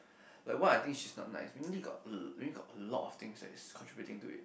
like what I think she not nice really got really got a lot thing that is contributing to it